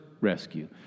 rescue